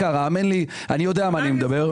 האמן לי, אני יודע על מה אני מדבר.